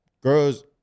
girls